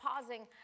pausing